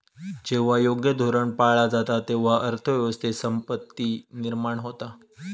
जेव्हा योग्य धोरण पाळला जाता, तेव्हा अर्थ व्यवस्थेत संपत्ती निर्माण होता